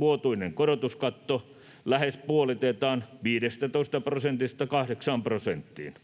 vuotuinen korotuskatto lähes puolitetaan 15 prosentista 8 prosenttiin.